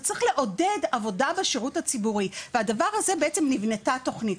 צריך לעודד עבודה בשירות הציבורי והדבר הזה בעצם עבורו נבנתה התוכנית.